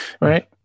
right